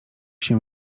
się